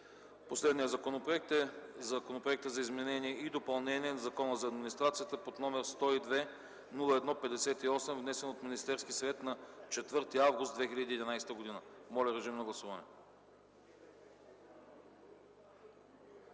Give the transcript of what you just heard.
Последният законопроект е Законопроектът за изменение и допълнение на Закона за администрацията под № 102-01-58, внесен от Министерския съвет на 4 август 2011 г. Режим на гласуване.